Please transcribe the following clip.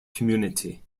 community